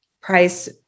price